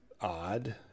odd